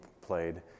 played